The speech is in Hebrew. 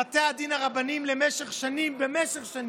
בתי הדין הרבניים במשך שנים